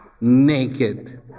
naked